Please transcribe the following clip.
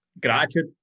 gratitude